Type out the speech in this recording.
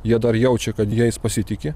jie dar jaučia kad jais pasitiki